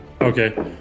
Okay